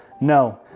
No